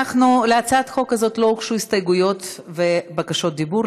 להצעת החוק הזאת לא הוגשו הסתייגויות ובקשות דיבור,